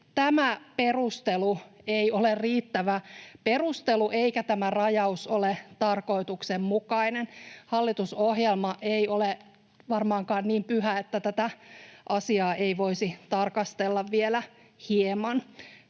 tämä perustelu ei ole riittävä eikä tämä rajaus ole tarkoituksenmukainen. Hallitusohjelma ei ole varmaankaan niin pyhä, että tätä asiaa ei voisi tarkastella vielä hieman.